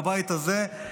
בבית הזה,